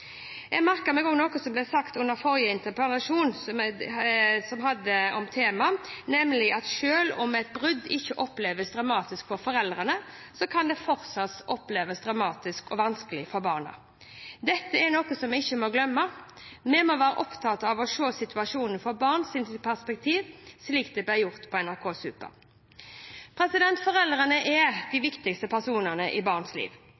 Jeg merket meg også noe som ble sagt under den forrige interpellasjonen om temaet, nemlig at selv om et brudd ikke oppleves som dramatisk for foreldrene, kan det fortsatt oppleves dramatisk og vanskelig for barna. Dette er noe som vi ikke må glemme. Vi må være opptatt av å se situasjonen fra barnets perspektiv – slik det ble gjort på NRK Super. Foreldrene er de viktigste personene i barns liv.